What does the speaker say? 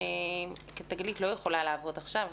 כי "תגלית" לא יכולה לעבוד עכשיו,